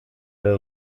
der